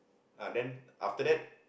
ah then after that